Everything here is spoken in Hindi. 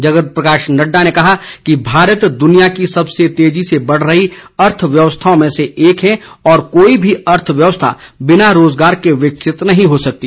जगत प्रकाश नड़डा ने कहा कि भारत दुनिया की सबसे तेजी से बढ़ रही अर्थव्यवस्थाओं में से एक है और कोई भी अर्थव्यवस्था बिना रोज़गार के विकसित नहीं हो सकती